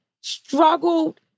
struggled